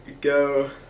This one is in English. go